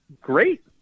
great